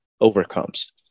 overcomes